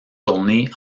tournées